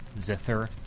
zither